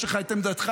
יש לך את עמדתך,